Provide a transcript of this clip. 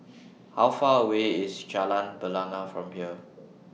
How Far away IS Jalan Bena from here